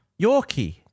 Yorkie